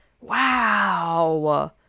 Wow